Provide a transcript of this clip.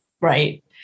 Right